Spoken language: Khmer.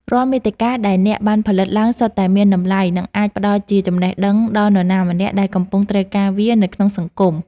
រាល់មាតិកាដែលអ្នកបានផលិតឡើងសុទ្ធតែមានតម្លៃ និងអាចផ្តល់ជាចំណេះដឹងដល់នរណាម្នាក់ដែលកំពុងត្រូវការវានៅក្នុងសង្គម។